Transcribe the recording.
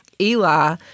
Eli